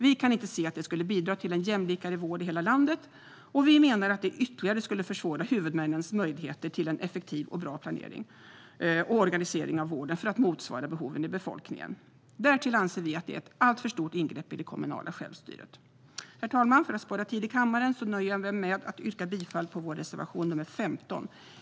Vi kan inte se att det skulle bidra till en mer jämlik vård i hela landet. Vi menar att det ytterligare skulle försvåra huvudmännens möjligheter till en effektiv och bra planering och organisering av vården för att motsvara behoven i befolkningen. Därtill anser vi att det är ett alltför stort ingrepp i det kommunala självstyret. Herr talman! För att spara tid i kammaren nöjer jag mig med att yrka bifall till vår reservation nr 15.